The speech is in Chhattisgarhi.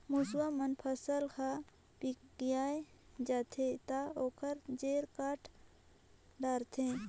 मूसवा मन फसल ह फिकिया जाथे त ओखर जेर काट डारथे